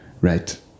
right